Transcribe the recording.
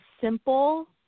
simple